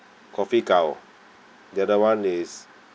coffee gao then the other [one] is